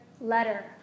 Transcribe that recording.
letter